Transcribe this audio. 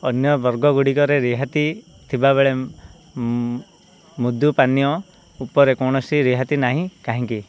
ଅନ୍ୟ ବର୍ଗଗୁଡ଼ିକରେ ରିହାତି ଥିବାବେଳେ ମୃଦୁ ପାନୀୟ ଉପରେ କୌଣସି ରିହାତି ନାହିଁ କାହିଁକି